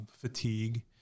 fatigue